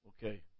Okay